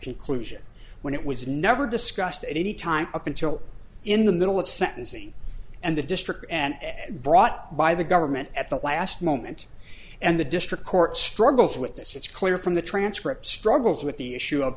conclusion when it was never discussed at any time up until in the middle of sentencing and the district and brought by the government at the last moment and the district court struggles with this it's clear from the transcript struggles with the issue o